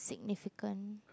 significant